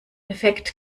effekt